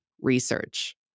research